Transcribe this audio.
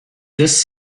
this